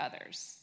others